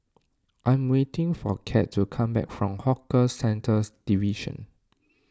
I am waiting for Kate to come back from Hawker Centres Division